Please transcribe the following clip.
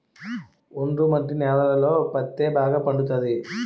ఒండ్రు మట్టి నేలలలో పత్తే బాగా పండుతది